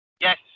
Yes